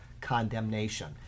condemnation